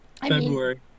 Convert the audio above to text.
February